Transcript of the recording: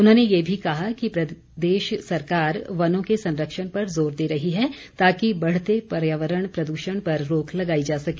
उन्होंने ये भी कहा कि प्रदेश सरकार वनों के संरक्षण पर जोर दे रही है ताकि बढ़ते पर्यावरण प्रदूषण पर रोक लगाई जा सके